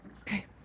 okay